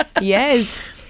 Yes